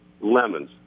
lemons